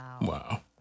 Wow